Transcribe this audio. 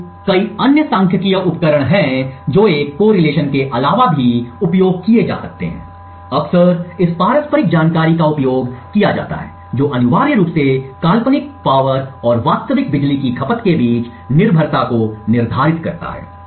तो कई अन्य सांख्यिकीय उपकरण हैं जो एक सहसंबंध के अलावा भी उपयोग किए जा सकते हैं अक्सर इस पारस्परिक जानकारी का उपयोग किया जाता है जो अनिवार्य रूप से काल्पनिक शक्ति और वास्तविक बिजली की खपत के बीच निर्भरता को निर्धारित करता है